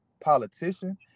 politician